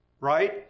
right